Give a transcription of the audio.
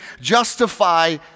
justify